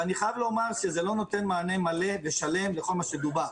אני חייב לומר שזה לא נותן מענה מלא ושלם לכל מה שדובר.